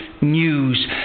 news